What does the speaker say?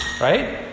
Right